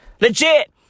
Legit